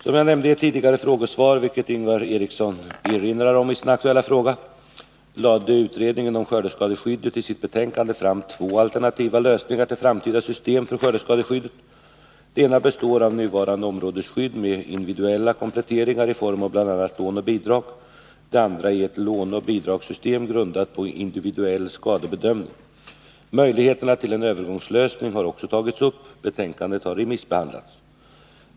Som jag nämnde i ett tidigare frågesvar, vilket Ingvar Eriksson erinrar om i sin nu aktuella fråga, lade utredningen om skördeskadeskyddet i sitt betänkande fram två alternativa förslag till framtida system för skördeskadeskyddet. Det ena består av nuvarande områdesskydd med individuella kompletteringar i form av bl.a. lån och bidrag. Det andra är ett låneoch bidragssystem, grundat på individuell skadebedömning. Möjligheterna till en övergångslösning har också tagits upp. Betänkandet har remissbehandlats.